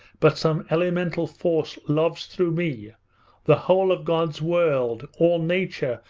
but some elemental force loves through me the whole of god's world, all nature,